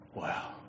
Wow